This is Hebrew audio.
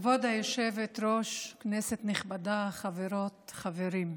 כבוד היושבת-ראש, כנסת נכבדה, חברות וחברים,